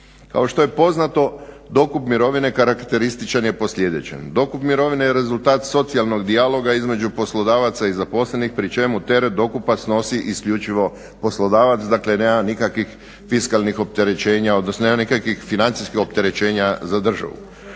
Kao što je poznato, dokup mirovine karakterističan je po sljedećem. Dokup mirovine je rezultat socijalnog dijaloga između poslodavaca i zaposlenih pri čemu teret dokupa snosi isključivo poslodavac, dakle nema nikakvih fiskalnih opterećenja odnosno nema nikakvih financijskih opterećenja za državu.